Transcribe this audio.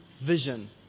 vision